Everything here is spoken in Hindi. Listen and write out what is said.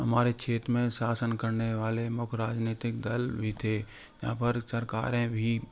हमारे क्षेत्र में शासन करने वाले मुख्य राजनीतिक दल भी थे जहाँ पर सरकारें भी